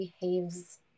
behaves